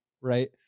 right